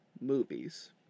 movies